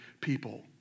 people